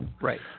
Right